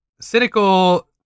Cynical